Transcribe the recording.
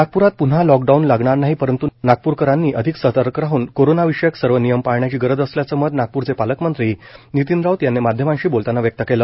नागप्रात पुनः लॉकडाउन लागणार नाहे परंतु नागपूरकरांनी अधिक सतर्क राह्न कोरोंना विषयक सर्व नियम पाळण्याची गरज असल्याच मत नागपूरचे पालकमंत्री नितीन राऊत यांनी मध्यमांशी बोलताना व्यक्त केलं